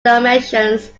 dimensions